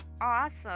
awesome